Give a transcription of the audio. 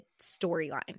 storyline